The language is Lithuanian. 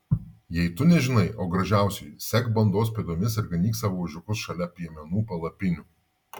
jei tu nežinai o gražiausioji sek bandos pėdomis ir ganyk savo ožiukus šalia piemenų palapinių